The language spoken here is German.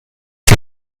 die